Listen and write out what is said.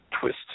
twist